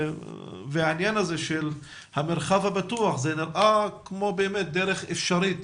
והעניין הזה של המרחב הביטחון זה נראה כמו דרך אפשרית